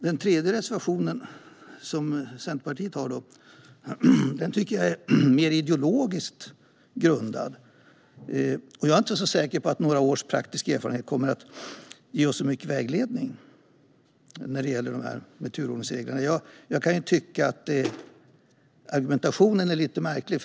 Den tredje reservationen, som Centerpartiet har, tycker jag är mer ideologiskt grundad. Jag är inte så säker på att några års praktisk erfarenhet kommer att ge oss så mycket vägledning när det gäller turordningsreglerna. Jag kan tycka att argumentationen är lite märklig.